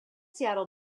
seattle